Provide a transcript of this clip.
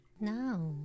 Now